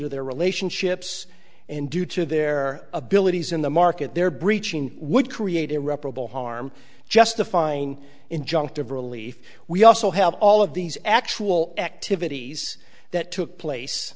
to their relationships and due to their abilities in the market their breaching would create irreparable harm justifying injunctive relief we also have all of these actual activities that took place